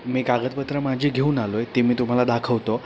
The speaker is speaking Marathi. मी कागदपत्र माझे घेऊन आलो आहे ते मी तुम्हाला दाखवतो